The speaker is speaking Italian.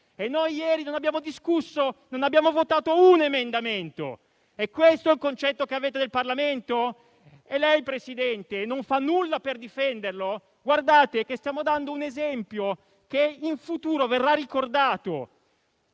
Ieri non abbiamo votato un solo emendamento: è questo il concetto che avete del Parlamento? E lei, Presidente, non fa nulla per difenderlo? Stiamo dando un esempio che in futuro verrà ricordato.